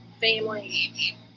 family